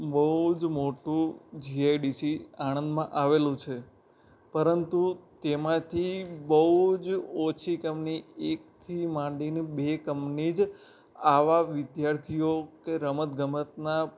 બહુ જ મોટું જીઆઇડીસી આણંદમાં આવેલું છે પરંતુ તેમાંથી બહુ જ ઓછી કંમની એક થી માંડીને બે કંમની જ આવા વિદ્યાર્થીઓ કે રમત ગમતના